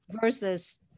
versus